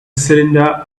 cylinder